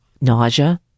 nausea